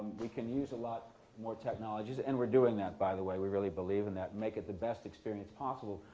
we can use a lot more technologies. and we're doing that, by the way. we really believe in that, make it the best experience possible.